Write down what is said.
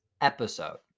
episode